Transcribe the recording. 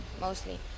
mostly